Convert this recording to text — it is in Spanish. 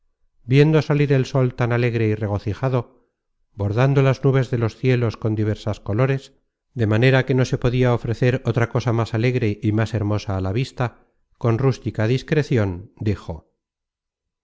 viendo salir el sol tan alegre y regocijado bordando las nubes de los cielos con diversas colores de manera que no se podia ofrecer otra cosa más alegre y más hermosa á la vista con rústica discrecion dijo